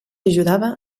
ajudava